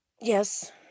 yes